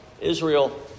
Israel